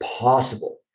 possible